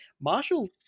Marshall